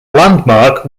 landmark